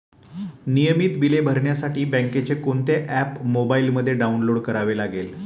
नियमित बिले भरण्यासाठी बँकेचे कोणते ऍप मोबाइलमध्ये डाऊनलोड करावे लागेल?